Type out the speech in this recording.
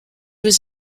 was